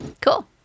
Cool